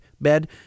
bed